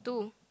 two